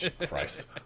Christ